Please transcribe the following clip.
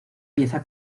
pieza